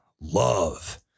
love